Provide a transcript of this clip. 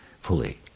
fully